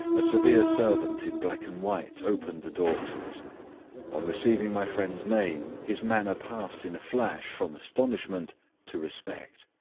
a severe servant in black and white opened the door to us on receiving my friend's name his manner passed in a flash from astonishment to respect.